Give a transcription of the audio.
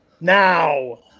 Now